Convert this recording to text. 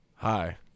Hi